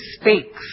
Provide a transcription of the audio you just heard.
speaks